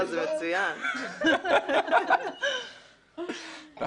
אם